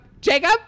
Jacob